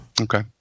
okay